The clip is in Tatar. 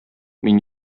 мин